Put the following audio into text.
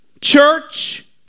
church